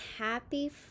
happy